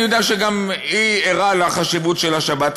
אני יודע שגם היא ערה לחשיבות של השבת.